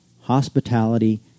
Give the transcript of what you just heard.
hospitality